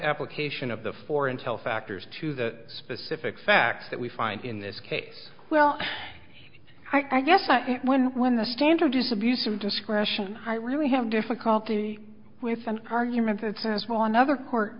application of the four intel factors to the specific facts that we find in this case well i guess but when when the standard is abuse of discretion i really have difficulty with some argument that says well another court